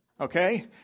Okay